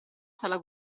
sala